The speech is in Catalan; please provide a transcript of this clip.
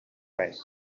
res